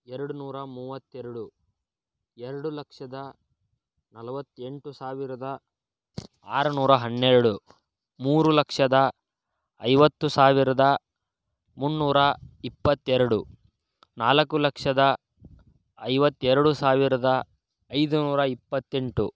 ಎರಡುನೂರಾ ಮೂವತ್ತೆರಡು ಎರಡು ಲಕ್ಷದ ನಲವತ್ತೆಂಟು ಸಾವಿರದ ಆರುನೂರ ಹನ್ನೆರಡು ಮೂರು ಲಕ್ಷದ ಐವತ್ತು ಸಾವಿರದ ಮುನ್ನೂರ ಇಪ್ಪತ್ತೆರಡು ನಾಲ್ಕು ಲಕ್ಷದ ಐವತ್ತೆರಡು ಸಾವಿರದ ಐದುನೂರ ಇಪ್ಪತ್ತೆಂಟು